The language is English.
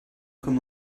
cum